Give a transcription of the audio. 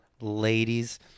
ladies